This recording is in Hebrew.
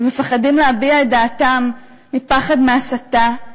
ומפחדים להביע את דעתם מפחד מהסתה.